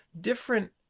different